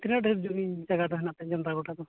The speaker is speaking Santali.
ᱛᱤᱱᱟᱹᱜ ᱰᱷᱮᱨ ᱡᱩᱢᱤ ᱡᱟᱭᱜᱟ ᱫᱚ ᱦᱮᱱᱟᱜ ᱛᱮ ᱧᱮᱞ ᱫᱟᱲᱮᱭᱟᱛᱟ ᱠᱚᱣᱟᱢ